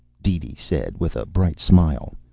deedee said, with a bright smile.